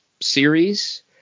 series